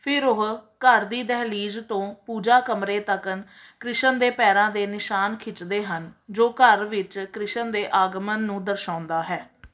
ਫਿਰ ਉਹ ਘਰ ਦੀ ਦਹਿਲੀਜ਼ ਤੋਂ ਪੂਜਾ ਕਮਰੇ ਤੱਕ ਕ੍ਰਿਸ਼ਨ ਦੇ ਪੈਰਾਂ ਦੇ ਨਿਸ਼ਾਨ ਖਿੱਚਦੇ ਹਨ ਜੋ ਘਰ ਵਿੱਚ ਕ੍ਰਿਸ਼ਨ ਦੇ ਆਗਮਨ ਨੂੰ ਦਰਸਾਉਂਦਾ ਹੈ